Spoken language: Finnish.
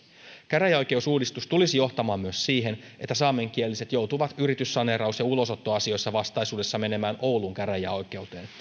käräjäoikeusuudistus tulisi johtamaan myös siihen että saamenkieliset joutuvat yrityssaneeraus ja ulosottoasioissa vastaisuudessa menemään oulun käräjäoikeuteen